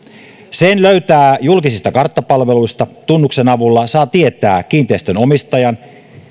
sen löytää julkisista karttapalveluista tunnuksen avulla saa tietää kiinteistön omistajan